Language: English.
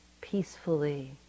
peacefully